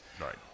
Right